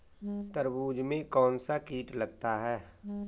तरबूज में कौनसा कीट लगता है?